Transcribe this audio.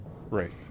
Right